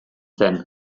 zen